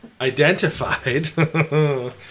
identified